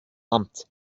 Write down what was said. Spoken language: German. amt